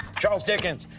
charles dickens.